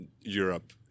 Europe